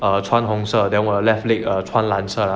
err 穿红色 then 我的 left leg 穿蓝色